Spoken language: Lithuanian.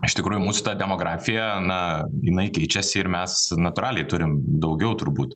iš tikrųjų mūsų ta demografija na jinai keičias ir mes natūraliai turim daugiau turbūt